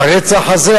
הרצח הזה,